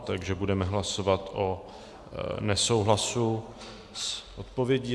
Takže budeme hlasovat o nesouhlasu s odpovědí.